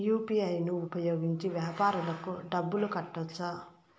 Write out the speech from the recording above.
UPI ను ఉపయోగించి వ్యాపారాలకు డబ్బులు కట్టొచ్చా?